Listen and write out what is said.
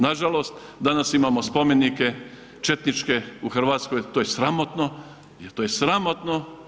Nažalost danas imamo spomenike četničke u Hrvatskoj, to je sramotno, to je sramotno.